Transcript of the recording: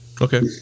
Okay